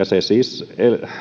se siis